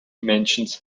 mentions